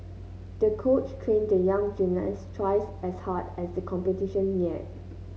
the coach trained the young gymnast twice as hard as the competition neared